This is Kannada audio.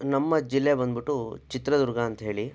ನಮ್ಮ ಜಿಲ್ಲೆ ಬಂದುಬಿಟ್ಟು ಚಿತ್ರದುರ್ಗ ಅಂತ ಹೇಳಿ